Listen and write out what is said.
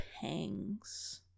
pangs